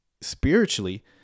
spiritually